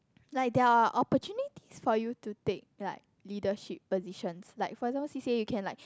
like their opportunities for you to take like leadership positions like for example C_C_A you can like